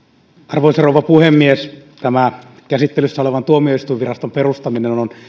arvoisa rouva puhemies tämä käsittelyssä oleva tuomioistuinviraston perustaminen on